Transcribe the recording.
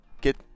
get